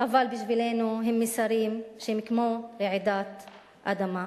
אבל בשבילנו הם מסרים שהם כמו רעידת אדמה.